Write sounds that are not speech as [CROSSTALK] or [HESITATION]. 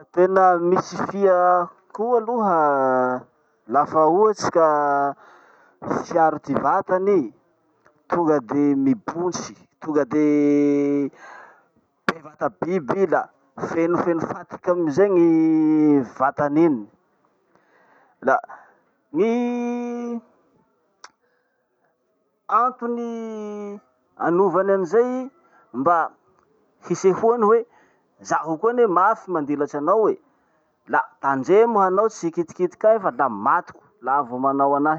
Tena misy fia koa aloha lafa ohatsy ka hiaro ty vatany i, tonga de mibontsy, tonga de bevata biby i la fenofeno fatiky amizay gny vatany iny. La gny [HESITATION] antony anovany anizay mba hisehoany hoe zaho koa anie mafy mandilatsy anao e, la tandremo hanao tsy hikitikitiky ahy fa la matiko laha vao manao anahy.